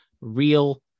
real